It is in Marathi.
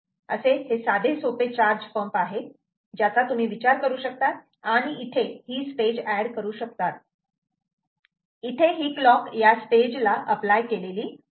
असे हे साधे सोपे चार्ज पंप आहे ज्याचा तुम्ही विचार करू शकतात आणि इथे स्टेज ऍड करू शकतात इथे हि क्लॉक या स्टेजला अप्लाय केली आहे